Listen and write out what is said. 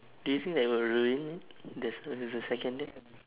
do you think that would ruin the the the second date